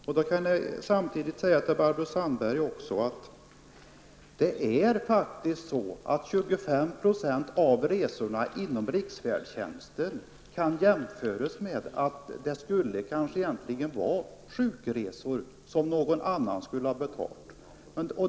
Samtidigt kan jag säga till Barbro Sandberg att 25 % av resorna inom riksfärdtjänsten faktiskt skulle egentligen kunna vara sjukresor som någon annan skulle ha betalat.